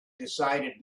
decided